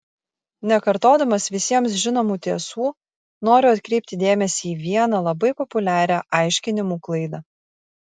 nekartodamas visiems žinomų tiesų noriu atkreipti dėmesį į vieną labai populiarią aiškinimų klaidą